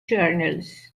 journals